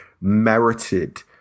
merited